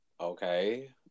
okay